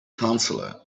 counselor